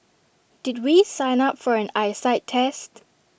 did we sign up for an eyesight test